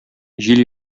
җил